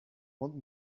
want